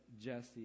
Jesse